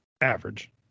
average